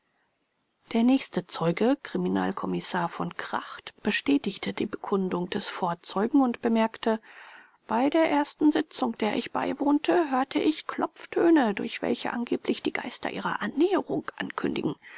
der nächste zeuge kriminalkommissar v kracht bestätigte die bekundung des vorzeugen und bemerkte bei der ersten sitzung der ich beiwohnte hörte ich klopftöne durch welche angeblich die geister ihre annäherung ankündigen